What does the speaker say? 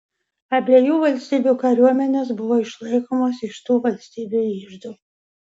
abiejų valstybių kariuomenės buvo išlaikomos iš tų valstybių iždų